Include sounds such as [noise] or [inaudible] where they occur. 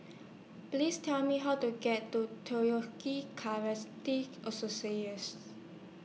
Please Tell Me How to get to [unintelligible] Karate [unintelligible]